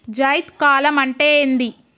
జైద్ కాలం అంటే ఏంది?